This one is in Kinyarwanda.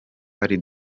ari